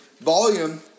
Volume